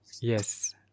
yes